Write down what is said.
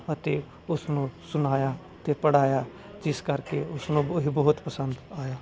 ਅਤੇ ਉਸ ਨੂੰ ਸੁਣਾਇਆ ਤੇ ਪੜਾਇਆ ਜਿਸ ਕਰਕੇ ਉਸਨੂੰ ਇਹ ਬਹੁਤ ਪਸੰਦ ਆਇਆ